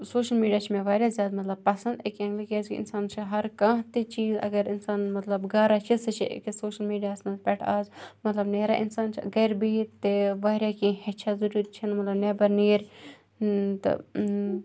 social media چھِ مےٚ واریاہ زیادٕ مطلب پَسنٛد اَکہِ اٮ۪نٛگلہٕ کیٛازِکہِ اِنسانَس چھُ ہرکانٛہہ تہِ چیٖز اگر اِنسان مطلب گَرا چھِ سُہ چھِ أکیٛاہ سوشَل میٖڈیا ہَس منٛز پٮ۪ٹھٕ اَز مطلب نیران اِنسان چھُ گَرِ بِہِتھ تہِ واریاہ کینٛہہ ہیٚچھان ضٔروٗری چھِنہٕ مطلب نٮ۪بر نیرِ تہٕ